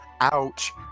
Ouch